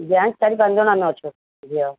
gang ଚାରି ପାଞ୍ଚ ଜଣ ଆମେ ଅଛୁ ଝିଅ